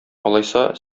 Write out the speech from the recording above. алайса